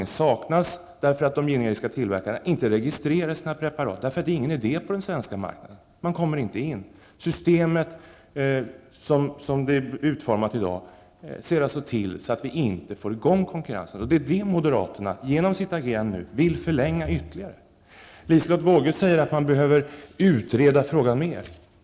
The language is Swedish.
Den saknas därför att tillverkarna av de generiska preparaten inte registrerar sina preparat -- därför att det inte är någon idé på den svenska marknaden. Som systemet i dag är utformat ser det till att vi inte får i gång någon konkurrens, och det är det moderaterna genom sitt agerande nu vill förlänga ytterligare. Liselotte Wågö säger att man behöver utreda frågan mer.